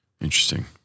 Interesting